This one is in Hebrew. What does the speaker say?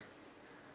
כבודו,